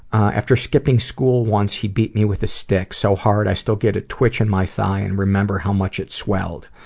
after skipping school once, he beat me with a stick so hard i still get a twitch in my thigh and remember how much it swelled.